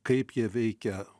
kaip jie veikia